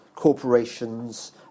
corporations